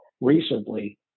recently